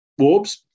Warbs